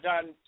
done